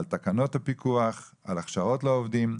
על תקנות הפיקוח, על הכשרות לעובדים,